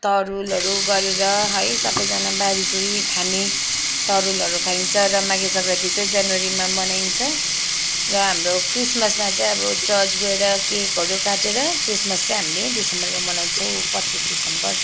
तरुलहरू गरेर है सबैजना बाँडीचुँडी खाने तरुलहरू खाइन्छ र माघे संक्रान्ति चाहिँ जनवरीमा मनाइन्छ र हाम्रो क्रिसम्समा चाहिँ अब चर्च गएर केकहरू काटेर क्रिसम्स चाहिँ हामीले डिसम्बरमा मनाउँछौँ पच्चिस डिसम्बर